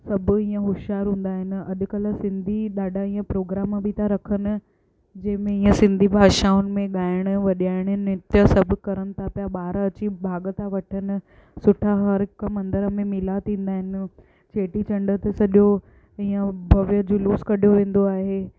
सभु ईअं होशियारु हूंदा आहिनि अॼुकल्ह सिंधी ॾाढा ईअं प्रोग्राम बि था रखनि जंहिंमें ईअ सिंधी भाषाउनि में ॻाइणु वॼाइणु नृत्य सब कनि था पिया ॿार अची भाग था वठनि सुठा हर हिकु मंदर में मेला थींदा आहिनि चेटीचंड सॼो ईअं भव्य जुलूस कढियो वेंदो आहे